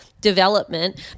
development